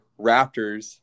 Raptors